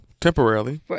temporarily